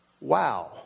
Wow